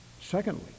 Secondly